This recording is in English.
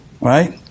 right